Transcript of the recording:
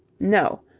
no.